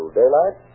daylight